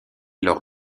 lors